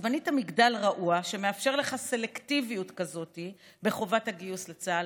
אז בנית מגדל רעוע שמאפשר לך סלקטיביות כזאת בחובת הגיוס לצה"ל,